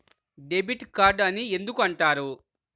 Debit card అని ఎందుకు అంటారు?